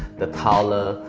the tiler,